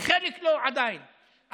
וחלק עדיין לא.